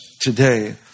today